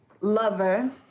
lover